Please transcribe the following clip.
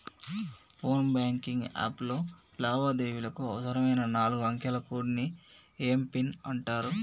phone banking app లో లావాదేవీలకు అవసరమైన నాలుగు అంకెల కోడ్ని ఏం పిన్ అంటారు